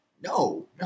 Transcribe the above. No